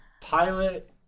Pilot